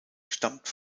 stammt